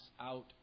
out